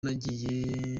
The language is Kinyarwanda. nagiye